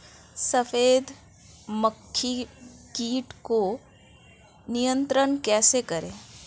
सफेद मक्खी कीट को नियंत्रण कैसे करें?